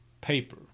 paper